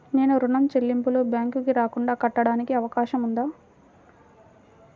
నేను ఋణం చెల్లింపులు బ్యాంకుకి రాకుండా కట్టడానికి అవకాశం ఉందా?